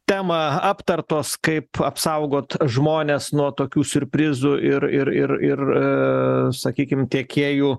temą aptartos kaip apsaugot žmones nuo tokių siurprizų ir ir ir ir sakykim tiekėjų